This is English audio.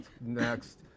next